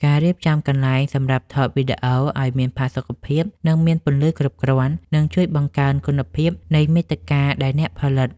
ការរៀបចំកន្លែងសម្រាប់ថតវីដេអូឱ្យមានផាសុកភាព និងមានពន្លឺគ្រប់គ្រាន់ នឹងជួយបង្កើនគុណភាពនៃមាតិកាដែលអ្នកផលិត។